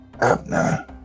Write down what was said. Abner